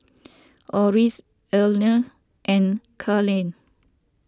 Orris Erline and Carleigh